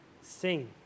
sing